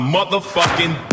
Motherfucking